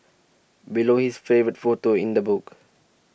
below is her favourite photo in the book